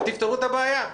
ותפתרו את הבעיה.